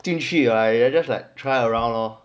定续 right just like try around lor